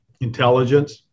intelligence